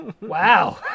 wow